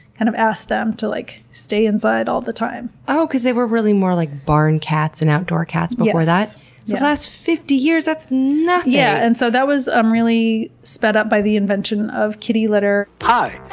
kind of, asked them to like stay inside all the time. oh. because they were really more like barn cats and outdoor cats before that? the last fifty years, that's nothing! yeah and so that was um really sped up by the invention of kitty litter. clip